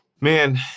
Man